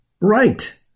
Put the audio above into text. Right